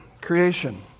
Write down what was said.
creation